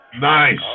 Nice